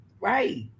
right